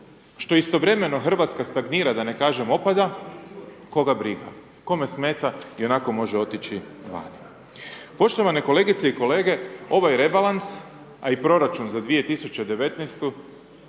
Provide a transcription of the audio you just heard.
što istovremeno Hrvatska stagnira, da ne kažem opada, koga briga, kome smeta ionako može otići vani. Poštovane kolegice i kolege, ovaj rebalans, a i proračun za 2019.-tu,